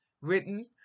written